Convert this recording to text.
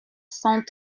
cent